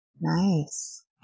Nice